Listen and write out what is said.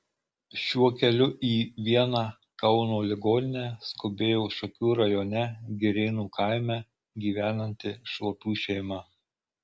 šiuo keliu į vieną kauno ligoninę skubėjo šakių rajone girėnų kaime gyvenanti šuopių šeima